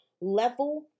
level